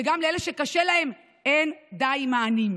וגם לאלה שקשה להם אין די מענים.